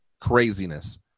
craziness